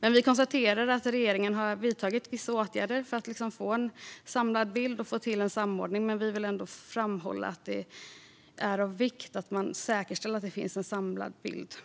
Vi konstaterar att regeringen har vidtagit vissa åtgärder för att få en samlad bild och få till en samordning men vill ändå framhålla att det är av vikt att man säkerställer att det finns en samlad bild.